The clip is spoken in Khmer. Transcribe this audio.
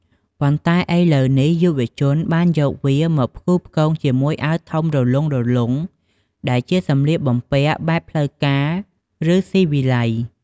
ប៉ុន្តែឥឡូវនេះ យុវវ័យបានយកវាមកផ្គូផ្គងជាមួយអាវធំរលុងៗ ដែលជាសម្លៀកបំពាក់បែបផ្លូវការ ឬស៊ីវិល័យ។